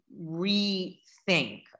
rethink